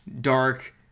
dark